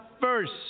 first